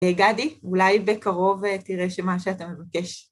גדי, אולי בקרוב תראה שמה שאתה מבקש.